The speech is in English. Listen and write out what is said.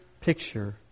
picture